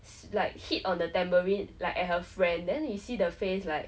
like hit on the tambourine like at her friend then we see the face like